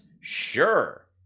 Sure